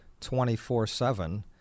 24-7